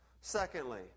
Secondly